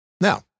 Now